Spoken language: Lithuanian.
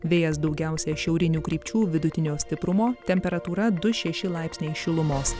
vėjas daugiausia šiaurinių krypčių vidutinio stiprumo temperatūra du šeši laipsniai šilumos